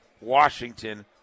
Washington